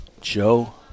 Joe